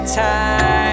time